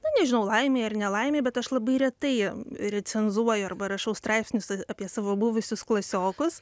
na nežinau laimei ar nelaimei bet aš labai retai recenzuoju arba rašau straipsnius apie savo buvusius klasiokus